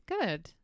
Good